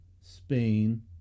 Spain